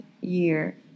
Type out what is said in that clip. year